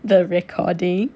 the recording